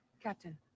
captain